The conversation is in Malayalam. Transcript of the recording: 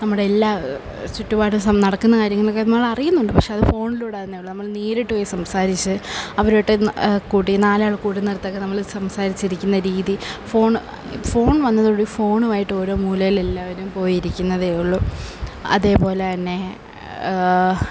നമ്മൂടെയെല്ലാം ചുറ്റുപാടും നടക്കുന്ന കാര്യങ്ങളൊക്കെ നമ്മളറിയുന്നുണ്ട് പക്ഷേ അത് ഫോണിലൂടെയാണെന്നേയുള്ളൂ നമ്മൾ നേരിട്ട് പോയി സംസാരിച്ച് അവരുമായിട്ട് കൂടി നാലാൾ കൂടുന്നയിടത്തൊക്കെ നമ്മൾ സംസാരിച്ചിരിക്കുന്ന രീതി ഫോൺ ഫോൺ വന്നതോടുകൂടി ഫോണുമായിട്ട് ഓരോ മൂലയിൽ എല്ലാവരും പോയിരിക്കുന്നതേയുള്ളൂ അതേപോലെത്തന്നെ